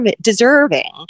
deserving